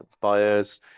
buyers